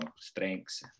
strengths